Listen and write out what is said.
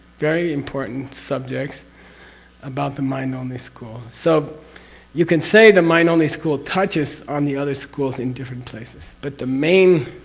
very important subjects about the mind-only school, so you can say the mind-only school touches on the other schools in different places, but the main